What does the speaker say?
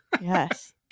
Yes